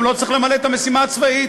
גם לא צריך למלא את המשימה הצבאית.